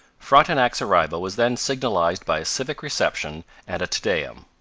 frontenac's arrival was then signalized by a civic reception and a te deum.